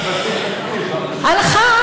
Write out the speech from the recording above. הקטן.